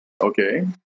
Okay